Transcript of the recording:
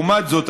לעומת זאת,